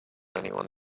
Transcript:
anyone